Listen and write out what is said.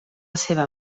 seva